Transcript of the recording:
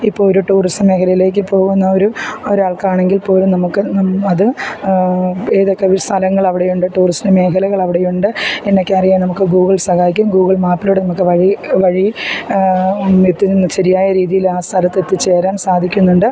ഇപ്പോൾ ഒരു ടൂറിസം മേഖലയിലേക്ക് പോകുന്നൊരു ഒരാൾക്കാണെങ്കിൽ പോലും നമുക്ക് അത് ഏതൊക്കെ ഒ സ്ഥലങ്ങൾ അവിടെയുണ്ട് ടൂറിസം മേഖലകൾ അവിടെയുണ്ട് എന്നൊക്കെ അറിയാൻ നമുക്ക് ഗൂഗിൾ സഹായിക്കും ഗൂഗിൾ മാപ്പിലൂടെ നമുക്ക് വഴി വഴി എത്തി നി ശരിയായ രീതിയിൽ ആ സ്ഥലത്ത് എത്തിച്ചേരാൻ സാധിക്കുന്നുണ്ട്